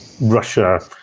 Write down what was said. Russia